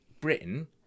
Britain